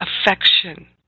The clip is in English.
affection